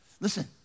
Listen